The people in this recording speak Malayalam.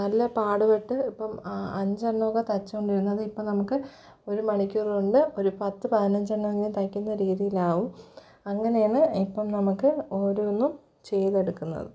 നല്ല പാടുപെട്ട് ഇപ്പം അഞ്ചെണ്ണമൊക്കെ തയ്ച്ചുകൊണ്ടിരുന്നത് ഇപ്പം നമുക്ക് ഒരു മണിക്കൂറുകൊണ്ട് ഒരു പത്തു പതിനഞ്ച് എണ്ണമെങ്കിലും തയ്ക്കുന്ന രീതിയിലാവും അങ്ങനയാണ് ഇപ്പം നമുക്ക് ഓരോന്നും ചെയ്തെടുക്കുന്നത്